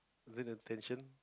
than attention